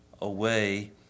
away